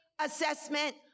assessment